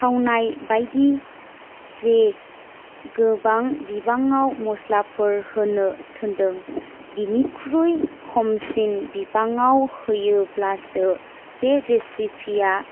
थावनाय बायदि जे गोबां बिबाङाव मस्लाफोर होनो थिनदों बेनिख्रुइ खमसिन बिबाङाव होयोब्लासो बे रेसिपि या